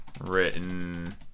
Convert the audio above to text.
written